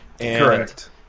Correct